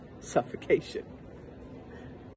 suffocation